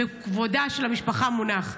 וכבודה של המשפחה במקומו מונח,